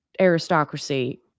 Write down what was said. aristocracy